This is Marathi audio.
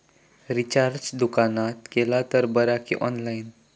रिचार्ज दुकानात केला तर बरा की ऑनलाइन?